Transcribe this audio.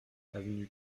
avenue